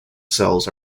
cells